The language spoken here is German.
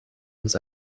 uns